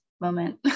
moment